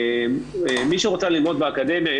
מי שרוצה ללמוד באקדמיה,